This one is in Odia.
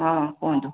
ହଁ କୁହନ୍ତୁ